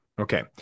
Okay